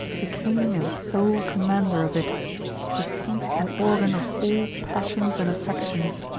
the king and sole commander of it the seat and organ of all passions and affections.